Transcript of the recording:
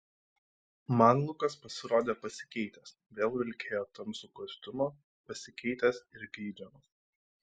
man lukas pasirodė pasikeitęs vėl vilkėjo tamsų kostiumą pasikeitęs ir geidžiamas